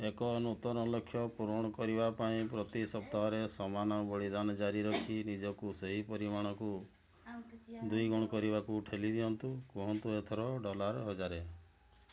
ଏକ ନୂତନ ଲକ୍ଷ୍ୟ ପୂରଣ କରିବା ପାଇଁ ପ୍ରତି ସପ୍ତାହରେ ସମାନ ବଳିଦାନ ଜାରି ରଖି ନିଜକୁ ସେହି ପରିମାଣକୁ ଦୁଇଗୁଣ କରିବାକୁ ଠେଲି ଦିଅନ୍ତୁ କୁହନ୍ତୁ ଏଥର ଡଲାର୍ ହଜାରେ